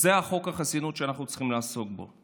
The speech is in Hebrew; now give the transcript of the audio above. זה חוק החסינות שאנחנו צריכים לעסוק בו.